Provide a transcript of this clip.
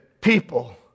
people